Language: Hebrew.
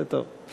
זה טוב.